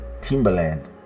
Timberland